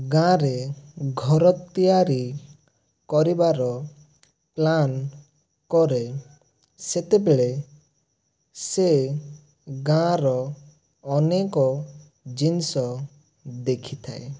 ଗାଁରେ ଘର ତିଆରି କରିବାର ପ୍ଲାନ କରେ ସେତେବେଳେ ସେ ଗାଁର ଅନେକ ଜିନିଷ ଦେଖିଥାଏ